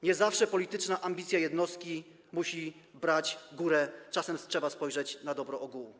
Nie zawsze polityczna ambicja jednostki musi brać górę, czasem trzeba spojrzeć na dobro ogółu.